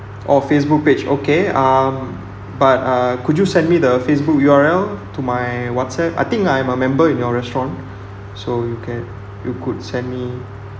orh Facebook page okay um but uh could you send me the Facebook U_R_L to my whatsapp I think I'm a member in your restaurant so you can you could send me